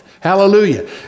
Hallelujah